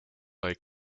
lake